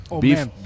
Beef